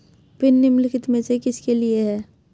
Pin निम्नलिखित में से किसके लिए है?